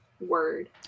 Word